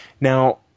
Now